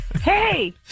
Hey